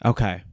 Okay